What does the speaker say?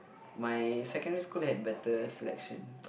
my secondary school had better selection